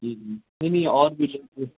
جی جی نہیں نہیں اور کچھ بھی